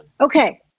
Okay